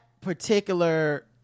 particular